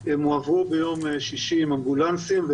הם הועברו ביום שישי עם אמבולנסים,